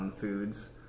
foods